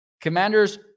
Commanders